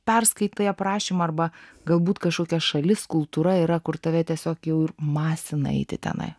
perskaitai aprašymą arba galbūt kažkokia šalis kultūra yra kur tave tiesiog jau ir masina eiti tenai